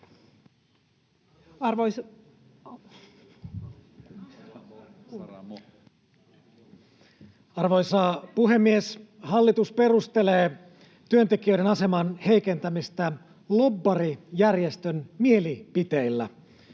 Arvoisa puhemies! Hallitus perustelee työntekijöiden aseman heikentämistä lobbarijärjestön mielipiteillä.